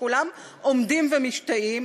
וכולם עומדים ומשתאים.